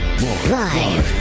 Live